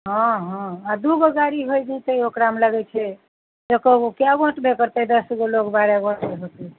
हँ हँ आ दू गो गाड़ी होय जयते ओकरामे लगैत छै एक एक गो कै गो अँटबे करते दश गो लोग बारह गो होयतै